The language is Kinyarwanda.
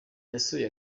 yasuye